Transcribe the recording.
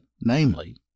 namely